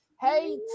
Hey